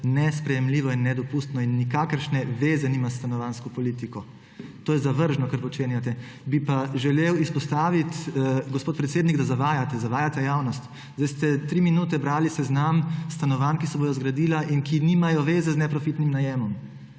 nesprejemljivo in nedopustno in nikakršne zveze nima s stanovanjsko politiko. To je zavržno, kar počenjate. Bi pa želel izpostaviti, gospod predsednik, da zavajate, zavajate javnost. Zdaj ste tri minute brali seznam stanovanj, ki se bodo zgradila, ki nimajo zveze z neprofitnim najemom.